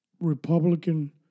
Republican